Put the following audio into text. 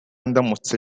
ndamutse